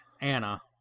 Anna